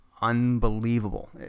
unbelievable